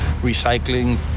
recycling